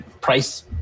Price